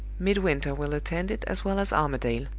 midwinter will attend it as well as armadale.